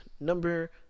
Number